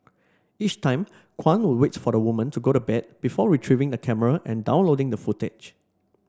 each time Kwan would wait for the woman to go to bed before retrieving the camera and downloading the footage